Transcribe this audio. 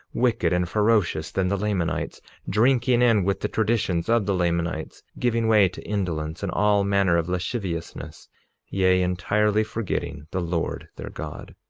wicked and ferocious than the lamanites drinking in with the traditions of the lamanites giving way to indolence, and all manner of lasciviousness yea, entirely forgetting the lord their god.